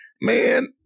Man